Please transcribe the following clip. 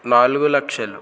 నాలుగు లక్షలు